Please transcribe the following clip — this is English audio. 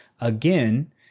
again